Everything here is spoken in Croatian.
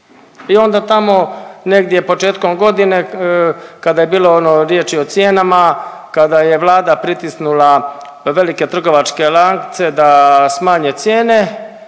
I onda tamo negdje početkom godine kada je bilo ono riječi o cijenama, kada je Vlada pritisnula velike trgovačke lance da smanje cijene,